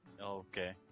okay